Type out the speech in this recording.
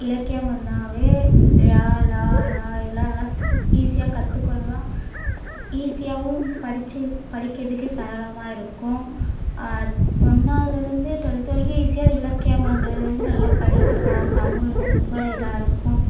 இலக்கியம்னாவே ழா லா ரா இதலாம் நல்லா ஈசியாக கற்றுக்கலாம் ஈசியாகவும் படித்து படிக்கிறதுக்கு சரளமாக இருக்கும் ஒன்னாவதுலேருந்து டுவெல்த்து வரைக்கும் ஈசியாக இலக்கியம்ன்றது வந்து நல்லா படிக்கிறது தான் தமிழ் ரொம்ப இதாக இருக்கும்